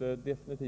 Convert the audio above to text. Enligt